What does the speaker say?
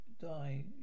Die